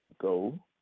go